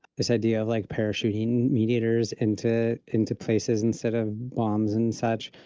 this idea of like parachuting mediators into into places instead of bombs and such,